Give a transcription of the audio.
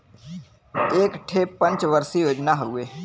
एक ठे पंच वर्षीय योजना हउवे